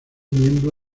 miembro